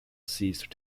ceased